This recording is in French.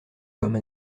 comme